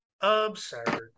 Absurd